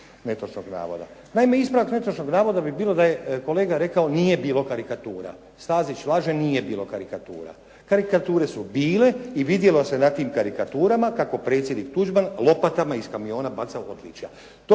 netočnog navoda. Naime, ispravak netočnog navoda bi bilo da je kolega rekao nije bilo karikatura. Stazić laže, nije bilo karikatura. Karikature su bile i vidjelo se na tim karikaturama kako predsjednik Tuđman lopatama iz kamiona baca odličja.